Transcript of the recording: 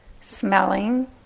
smelling